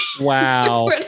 Wow